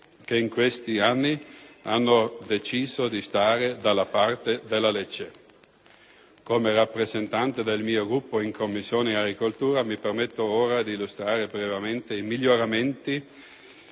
che in questi anni hanno deciso di stare dalla parte della legge. Come rappresentante del mio Gruppo in Commissione agricoltura, mi permetto ora di illustrare brevemente i miglioramenti